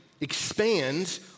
expands